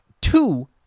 two